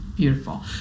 beautiful